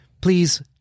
please